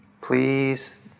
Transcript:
please